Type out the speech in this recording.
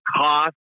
cost